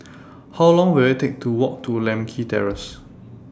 How Long Will IT Take to Walk to Lakme Terrace